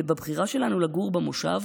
ובבחירה שלנו לגור במושב